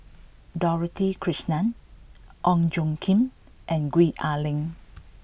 Dorothy Krishnan Ong Tjoe Kim and Gwee Ah Leng